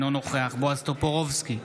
אינו נוכח בועז טופורובסקי,